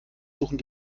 suchen